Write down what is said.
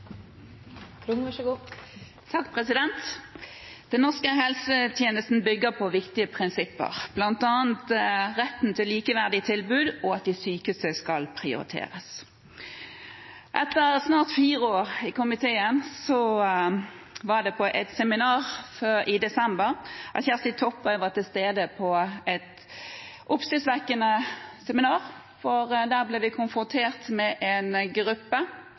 Den norske helsetjenesten bygger på viktige prinsipper, bl.a. retten til likeverdige tilbud og at de sykeste skal prioriteres. Etter snart fire år i komiteen var Kjersti Toppe og jeg til stede på et oppsiktsvekkende seminar i desember der vi ble konfrontert med en gruppe